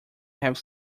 have